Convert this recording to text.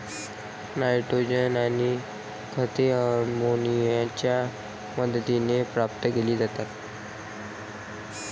nitrogen आणि खते अमोनियाच्या मदतीने प्राप्त केली जातात